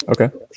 Okay